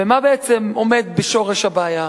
ומה בעצם עומד בשורש הבעיה?